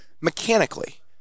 mechanically